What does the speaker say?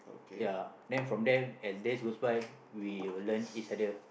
ya then from there as days goes by we will learn each other